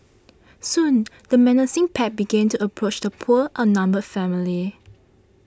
soon the menacing pack began to approach the poor outnumbered family